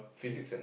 physics